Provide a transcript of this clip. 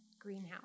greenhouse